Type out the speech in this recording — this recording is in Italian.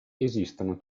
esistono